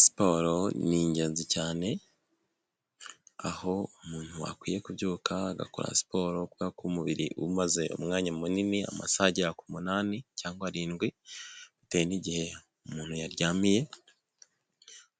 Siporo ni ingenzi cyane, aho umuntu akwiye kubyuka, agakora siporo kubera ko umubiri uba umaze umwanya munini amasaha agera ku munani cyangwa arindwi bitewe n'igihe umuntu yaryamiye,